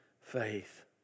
faith